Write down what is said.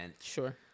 sure